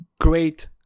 great